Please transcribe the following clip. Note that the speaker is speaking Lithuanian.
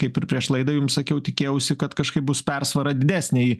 kaip ir prieš laidą jums sakiau tikėjausi kad kažkaip bus persvara didesnė į